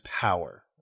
power